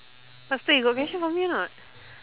faster you got question for me or not